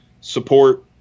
support